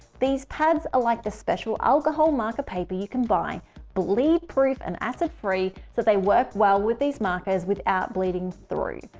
these pads are like the special alcohol marker paper. you can buy bleed proof and acid free. so they work well with these markers without bleeding through.